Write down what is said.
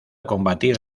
combatir